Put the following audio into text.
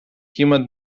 jemand